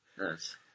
Nice